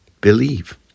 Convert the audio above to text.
Believe